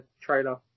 trailer